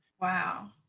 Wow